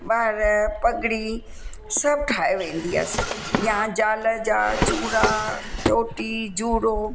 वार पगड़ी सभु ठाहे वेंदी हुअसि या ज़ाल जा चूड़ा चोटी जूड़ो